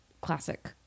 classic